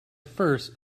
first